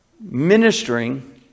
ministering